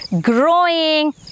growing